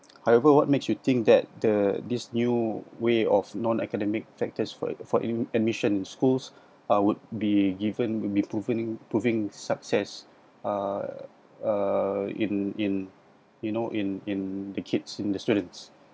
however what makes you think that the this new way of non academic factors for for admission in schools uh would be given will be proving proving success uh uh in in you know in in the kids in the students